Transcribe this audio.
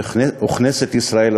וכנסת ישראל,